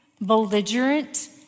belligerent